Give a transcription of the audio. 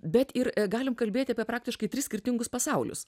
bet ir galim kalbėti apie praktiškai tris skirtingus pasaulius